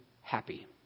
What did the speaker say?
happy